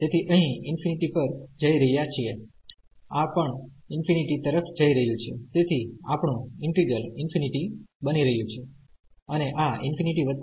તેથી અહીં ∞ પર જઈ રહ્યા છીએ આ પણ ∞ તરફ જઈ રહ્યું છે તેથી આપણું ઈન્ટિગ્રલ∞ બની રહ્યું છે અને આ ∞∞